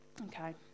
Okay